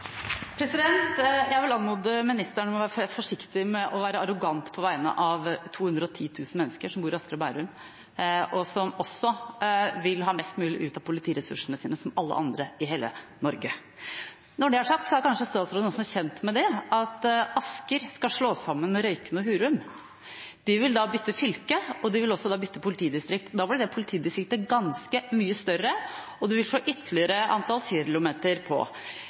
Jeg vil anmode ministeren om å være forsiktig med å være arrogant på vegne av 210 000 mennesker som bor i Asker og Bærum, og som også vil ha mest mulig ut av politiressursene sine, slik som alle andre i hele Norge. Når det er sagt, er kanskje også statsråden kjent med at Asker skal slås sammen med Røyken og Hurum, som da vil bytte fylke og også bytte politidistrikt. Da blir det politidistriktet ganske mye større, og det vil få på ytterligere antall